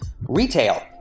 Retail